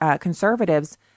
conservatives